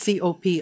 COP